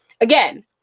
Again